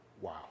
Wow